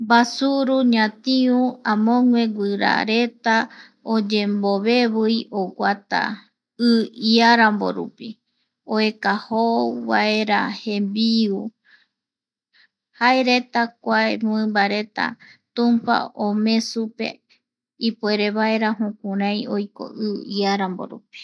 Mbasuru, ñatiu amogue guirareta, oyembovevii oguata i iaramborupi reta i iarambo rupi oeka jouvaera jembiu jaereta kua mimbareta tumpa omee supe ipuere vaera jukurai oiko i iaramborupi.